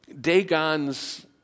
Dagon's